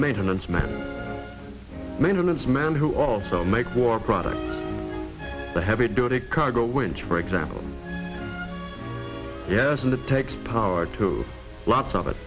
maintenance man maintenance man who also make war products the heavy duty cargo winch for example yasin that takes power to lots of it